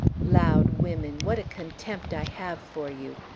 loud women, what a contempt i have for you!